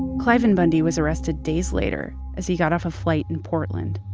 cliven bundy was arrested days later, as he got off a flight in portland.